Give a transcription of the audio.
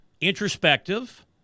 introspective